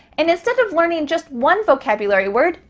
and instead of learning just one vocabulary word,